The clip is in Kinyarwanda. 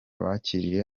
bakiriye